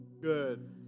good